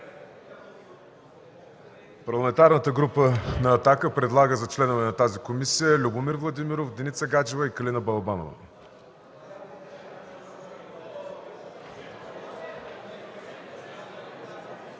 Парламентарната група на „Атака” предлага за членове на тази комисия: Любомир Владимиров, Деница Гаджева и Калина Балабанова.